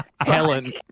Helen